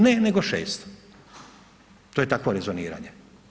Ne, nego 6. To je takvo rezoniranje.